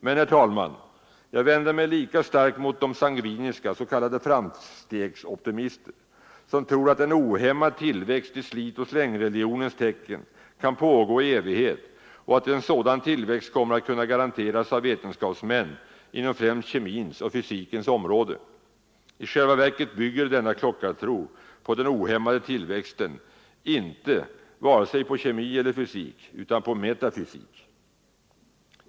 Men, herr talman, jag vänder mig lika starkt mot de sangviniska s.k. framstegsoptimister som tror att en ohämmad tillväxt i slitoch slängreligionens tecken kan pågå i evighet, och att en sådan tillväxt kommer att kunna garanteras av vetenskapsmän inom främst kemins och fysikens områden. I själva verket bygger denna klockartro om den ohämmade tillväxten inte på vare sig kemi eller fysik utan på metafysik.